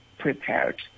Prepared